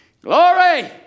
Glory